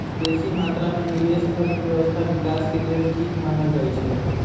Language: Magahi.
बेशी मत्रा में निवेश अर्थव्यवस्था विकास के लेल ठीक मानल जाइ छइ